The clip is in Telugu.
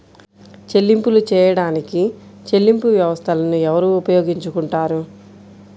చెల్లింపులు చేయడానికి చెల్లింపు వ్యవస్థలను ఎవరు ఉపయోగించుకొంటారు?